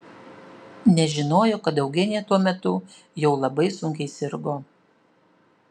nežinojo kad eugenija tuo metu jau labai sunkiai sirgo